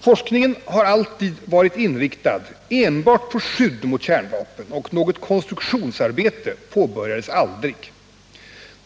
Forskningen har alltid varit inriktad enbart på skydd mot kärnvapen, och något konstruktionsarbete påbörjades aldrig.